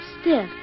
stiff